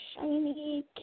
shiny